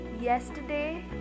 Yesterday